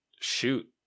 Shoot